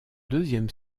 deuxième